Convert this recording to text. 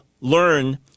learn